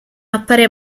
appare